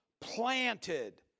planted